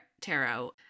tarot